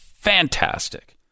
Fantastic